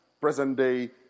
present-day